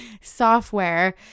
software